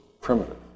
primitive